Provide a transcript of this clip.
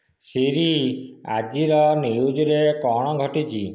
Siri ଆଜିର ନ୍ୟୁଜ୍ରେ କ'ଣ ଘଟିଛି